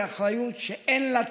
היא אחריות שאין לה תחליף.